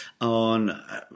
on